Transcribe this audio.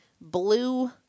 Blue